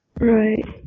Right